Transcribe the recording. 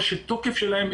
או התוקף שלהם,